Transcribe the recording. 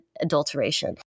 adulteration